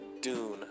Dune